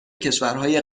کشورهای